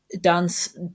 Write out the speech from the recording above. Dance